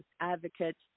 advocates